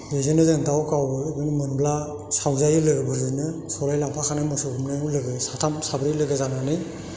बिदिनो जों दाउ गावो बिदिनो मोनोब्ला सावजायो लोगोफोरजोंनो सलाय लांफाखानाय मोसौ गुमनायाव साथाम साब्रै लोगो जानानै